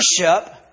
Worship